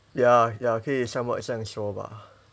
ya ya 可以 somewhat 这样说吧